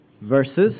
verses